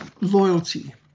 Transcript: loyalty